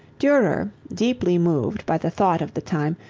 durer, deeply moved by the thought of the time,